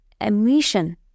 emission